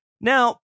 Now